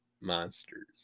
monsters